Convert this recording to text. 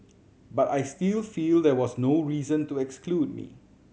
but I still feel there was no reason to exclude me